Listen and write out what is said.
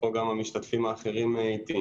ופה גם המשתתפים האחרים אתי